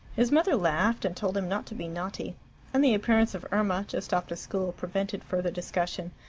his mother laughed, and told him not to be naughty and the appearance of irma, just off to school, prevented further discussion.